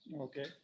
Okay